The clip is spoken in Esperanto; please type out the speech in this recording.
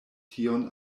tion